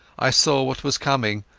i saw what was coming,